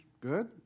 good